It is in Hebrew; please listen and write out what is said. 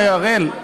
אראל,